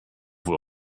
wohl